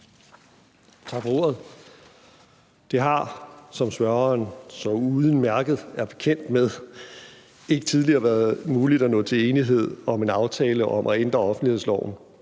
Tak for ordet. Det har, som spørgeren så udmærket er bekendt med, ikke tidligere været muligt at nå til enighed om en aftale om at ændre offentlighedsloven.